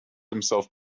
himself